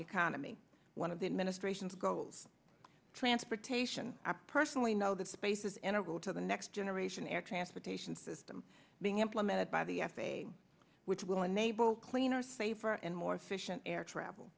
economy one of the administration's goals transportation i personally know that space is integral to the next generation air transportation system being implemented by the f a a which will enable cleaner safer and more efficient air travel